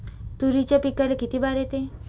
तुरीच्या पिकाले किती बार येते?